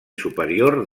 superior